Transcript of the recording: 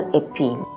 appeal